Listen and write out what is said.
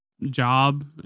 job